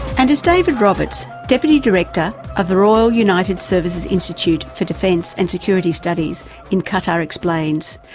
and as david roberts, deputy director of the royal united services institute for defence and security studies in qatar explains,